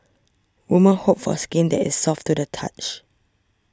women hope for skin that is soft to the touch